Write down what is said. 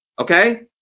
okay